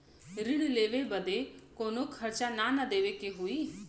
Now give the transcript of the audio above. ऋण लेवे बदे कउनो खर्चा ना न देवे के होई?